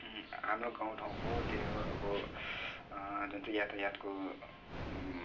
हाम्रो गाउँ ठाउँको त्यही हो अब जुन चाहिँ यातायातको